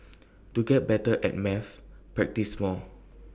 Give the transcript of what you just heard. to get better at maths practise more